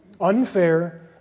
Unfair